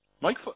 Mike